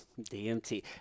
DMT